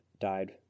died